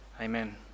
Amen